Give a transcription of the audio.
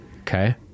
Okay